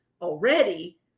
already